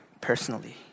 personally